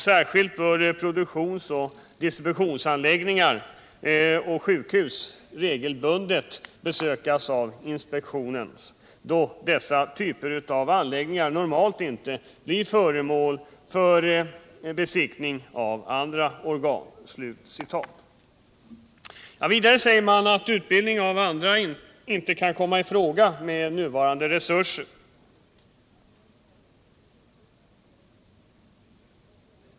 Särskilt bör produktionsoch distributionsanläggningar samt sjukhus regelbundet besökas av inspektionen, framhåller man, då dessa typer av anläggningar normalt inte blir föremål för besiktning av andra organ. Vidare säger man att utbildning av andra inte kan komma i fråga med nuvarande resurser.